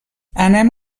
anem